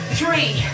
three